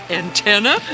antenna